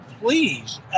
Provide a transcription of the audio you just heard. please